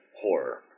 Horror